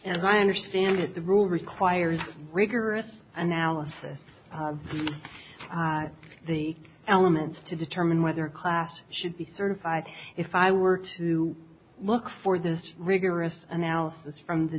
and my understanding is the rule requires rigorous analysis of the elements to determine whether a class should be certified if i were to look for this rigorous analysis from the